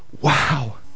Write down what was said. wow